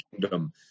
Kingdom